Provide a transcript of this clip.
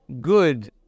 good